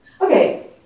Okay